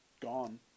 gone